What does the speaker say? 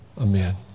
Amen